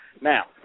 Now